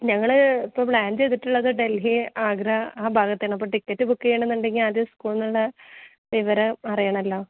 ഞങ്ങൾ ഇപ്പം പ്ലാൻ ചെയ്തിട്ടുള്ളത് ഡൽഹി ആഗ്ര ആ ഭാഗത്താണ് അപ്പോൾ ടിക്കറ്റ് ബുക്ക് ചെയ്യണോന്നുണ്ടെങ്കിൽ ആദ്യം സ്കൂളിന്നുള്ള വിവരം അറിയണല്ലോ